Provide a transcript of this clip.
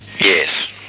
Yes